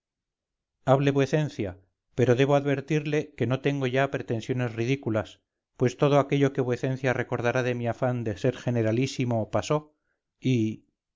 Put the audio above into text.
hable vuecencia pero debo advertirle que no tengo ya pretensiones ridículas pues todo aquello que vuecencia recordará de mi afán de ser generalísimo pasó y